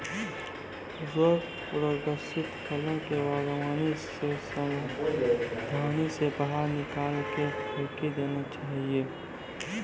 रोग ग्रसित फूलो के वागवानी से साबधानी से बाहर निकाली के फेकी देना चाहियो